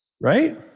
right